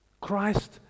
Christ